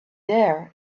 there